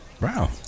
Wow